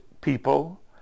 people